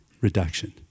reduction